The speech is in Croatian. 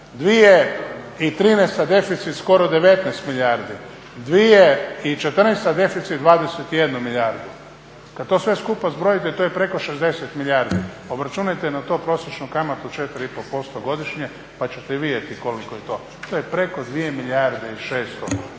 2013. deficit skoro 19 milijardi, 2014. deficit 21 milijardu. Kad to sve skupa zbrojite to je preko 60 milijardi. Obračunajte na to prosječnu kamatu 4 i pol posto godišnje, pa ćete vidjeti koliko je to. To je preko 2 milijarde i 600 za tri